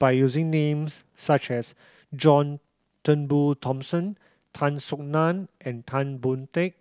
by using names such as John Turnbull Thomson Tan Soo Nan and Tan Boon Teik